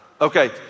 Okay